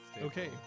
Okay